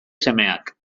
semeak